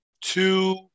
two